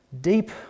deep